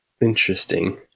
Interesting